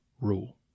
rule